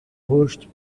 rosto